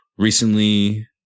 recently